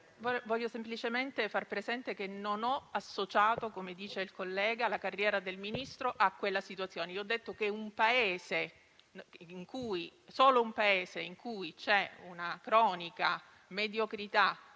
desidero semplicemente far presente che non ho associato, come dice il collega, la carriera del Ministro a quella situazione. Ho detto che solo un Paese in cui ci sono una cronica mediocrità